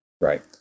Right